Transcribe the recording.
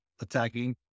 attacking